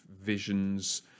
visions